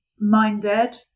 MindEd